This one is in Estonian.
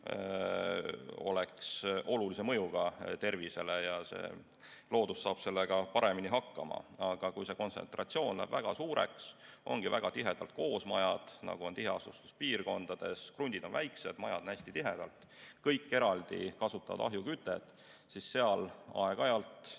oleks olulise mõjuga tervisele, ja loodus saab sellega paremini hakkama. Aga kui see kontsentratsioon läheb väga suureks, ongi majad väga tihedalt koos, nagu on tiheasustuspiirkondades, krundid on väikesed, majad on hästi tihedalt, kõik kasutavad ahjukütet, siis seal aeg-ajalt